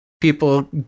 people